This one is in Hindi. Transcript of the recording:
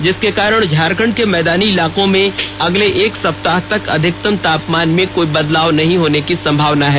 जिसके कारण झारखंड के मैदानी इलाकों मे अगले एक सप्ताह तक अधिकतम तापमान में कोई बदलाव नहीं होने की संभवना है